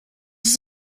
ist